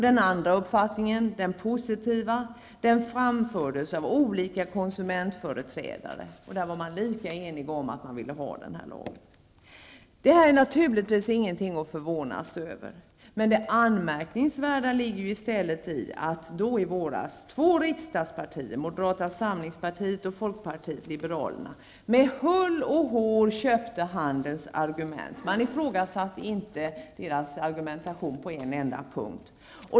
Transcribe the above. Den andra uppfattningen, den positiva, framfördes av olika konsumentföreträdare. De var lika eniga om att man ville ha den här lagen. Detta är naturligtvis ingenting att förvånas över. Det anmärkningsvärda ligger i stället i att i våras två riksdagspartier, moderata samlingspartiet och folkpartiet liberalerna, med hull och hår köpte handelns argument. Man ifrågasatte inte deras argumentation på en enda punkt.